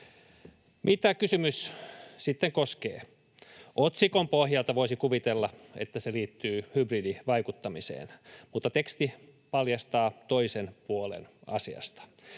Mitä kysymys sitten koskee? Otsikon pohjalta voisi kuvitella, että se liittyy hybridivaikuttamiseen, mutta teksti paljastaa toisen puolen asiasta.